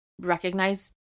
recognize